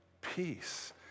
peace